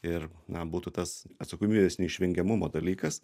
ir na būtų tas atsakomybės neišvengiamumo dalykas